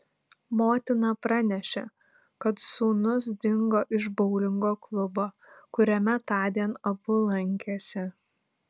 motina pranešė kad sūnus dingo iš boulingo klubo kuriame tądien abu lankėsi